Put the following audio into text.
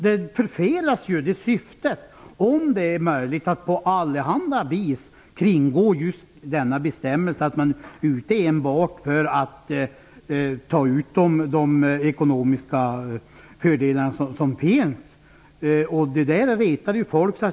Men syftet förfelas ju om det är möjligt att kringå denna bestämmelse på allehanda vis för den som enbart är ute efter att ta ut de ekonomiska fördelar som finns. Detta retar folk.